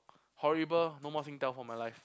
horrible no more Singtel for my life